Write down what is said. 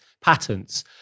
patents